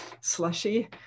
slushy